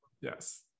Yes